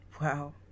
wow